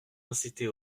inciter